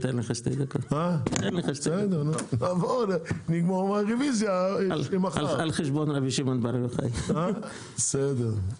זהו?